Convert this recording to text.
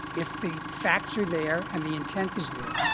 if the facts are there and the intent is there,